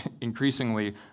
increasingly